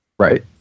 right